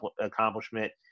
accomplishment